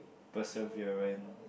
perseverant